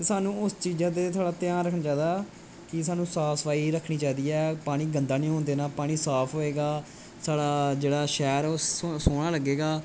ते साह्नू उस चीजा दा ध्यान रखना चाहिदा कि साह्नू साफ सफाई रखनी चाहिदी ऐ पानी गंदा नीं होन देना पानी साफ होएगा साढ़ा जेह्ड़ा शैह्र ऐ ओह् सोह्ना लगेगा